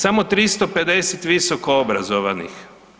Samo 350 visoko obrazovanih.